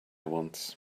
wants